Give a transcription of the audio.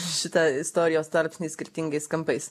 šitą istorijos tarpsnį skirtingais kampais